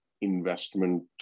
investment